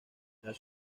tras